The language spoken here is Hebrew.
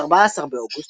עד 14 באוגוסט,